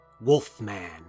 Wolfman